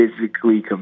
physically